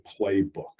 playbook